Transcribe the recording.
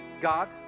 God